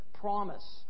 promise